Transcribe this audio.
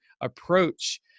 approach